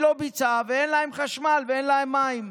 היא לא ביצעה ואין להם חשמל ואין להם מים.